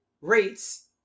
rates